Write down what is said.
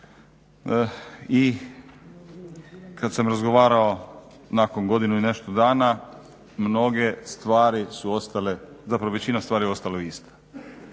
i kada sam razgovarao nakon godinu i nešto dana mnoge stvari su ostale, zapravo većina stvari ostala je ista.